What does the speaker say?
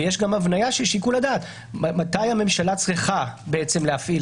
ויש גם הבניית שיקול הדעת מתי הממשלה צריכה להפעיל